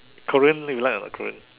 Korean you like or not Korean